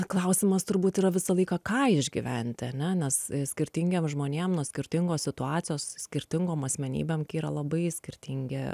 klausimas turbūt yra visą laiką ką išgyventi ane nes skirtingiem žmonėm nuo skirtingos situacijos skirtingom asmenybėm gi yra labai skirtingi